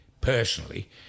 personally